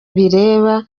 bireba